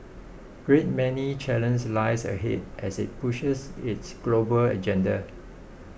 great many challenges lie ahead as it pushes its global agenda